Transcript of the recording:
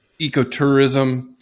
ecotourism